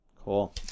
Cool